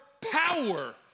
power